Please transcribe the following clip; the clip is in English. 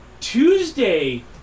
Tuesday